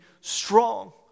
strong